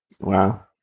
Wow